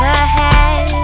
ahead